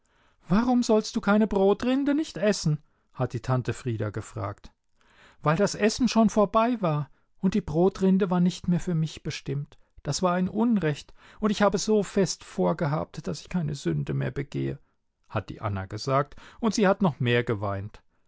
warum sollst du keine brotrinde nicht essen hat die tante frieda gefragt weil das essen schon vorbei war und die brotrinde war nicht mehr für mich bestimmt das war ein unrecht und ich habe so fest vorgehabt daß ich keine sünde mehr begehe hat die anna gesagt und sie hat noch mehr geweint